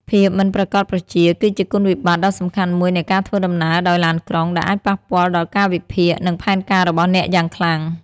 ភាពមិនប្រាកដប្រជា គឺជាគុណវិបត្តិដ៏សំខាន់មួយនៃការធ្វើដំណើរដោយឡានក្រុង ដែលអាចប៉ះពាល់ដល់កាលវិភាគ និងផែនការរបស់អ្នកយ៉ាងខ្លាំង។